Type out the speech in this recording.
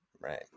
right